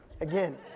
again